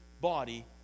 body